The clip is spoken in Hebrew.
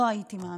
לא הייתי מאמינה.